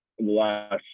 last